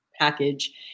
package